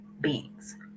beings